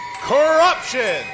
Corruption